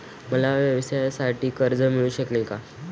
मला व्यवसायासाठी कर्ज मिळू शकेल का?